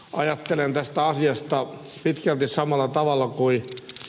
ajattelen tästä asiasta pitkälti samalla tavalla kuin ed